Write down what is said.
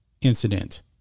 incident